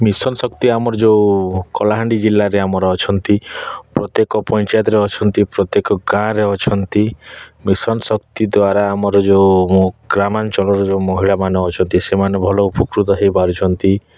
mission Shakti ଆମର ଯେଉଁ କଳାହାଣ୍ଡି ଜିଲ୍ଲାରେ ଆମର ଅଛନ୍ତି ପ୍ରତ୍ୟେକ ପଞ୍ଚାୟତରେ ଅଛନ୍ତି ପ୍ରତ୍ୟେକ ଗାଁରେ ଅଛନ୍ତି ମିଶନ୍ ଶକ୍ତି ଦ୍ଵାରା ଆମର ଯେଉଁ ଗ୍ରାମାଞ୍ଚଳରେ ଯୋଉ ମହିଳାମାନେ ଅଛନ୍ତି ସେମାନେ ଭଲ ଉପକୃତ ହୋଇପାରୁଛନ୍ତି